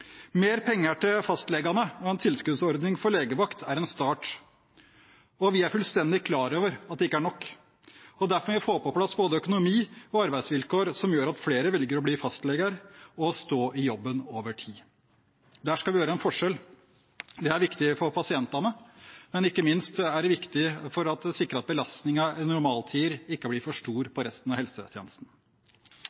Mer penger til fastlegene og en tilskuddsordning for legevakt er en start, og vi er fullstendig klar over at det ikke er nok. Derfor må vi få på plass både økonomi og arbeidsvilkår som gjør at flere velger å bli fastleger og å stå i jobben over tid. Der skal vi gjøre en forskjell. Det er viktig for pasientene, men ikke minst er det viktig for å sikre at belastningen i normaltider ikke blir for stor